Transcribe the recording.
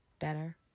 better